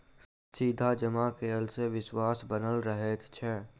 सीधा जमा कयला सॅ विश्वास बनल रहैत छै